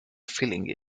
feeling